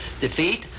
defeat